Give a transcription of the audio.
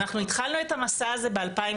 אנחנו התחלנו את המסע הזה ב-2016,